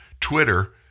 Twitter